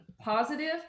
positive